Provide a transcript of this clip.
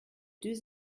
deux